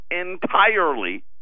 entirely